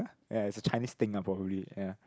ya it's a Chinese thing ah probably ya